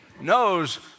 knows